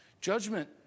Judgment